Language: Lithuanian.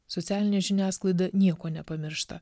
socialinė žiniasklaida nieko nepamiršta